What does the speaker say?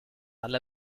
alla